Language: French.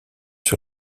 sur